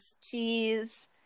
cheese